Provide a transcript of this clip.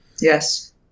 Yes